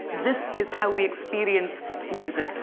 this is how we experience music.